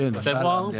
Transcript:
בפברואר.